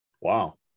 wow